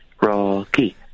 Rocky